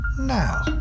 Now